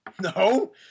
No